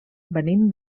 venim